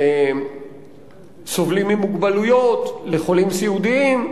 לסובלים ממוגבלויות, לחולים סיעודיים,